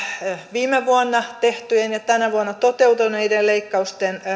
viime vuonna tehtyjen ja tänä vuonna toteutuneiden leikkausten